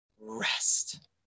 rest